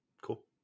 Cool